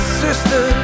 sister